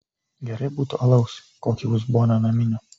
gerai būtų alaus kokį uzboną naminio